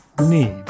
need